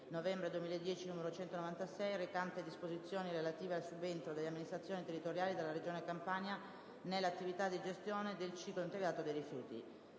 novembre 2010, n. 196, recante disposizioni relative al subentro delle amministrazioni territoriali della regione Campania nelle attività di gestione del ciclo integrato dei rifiuti***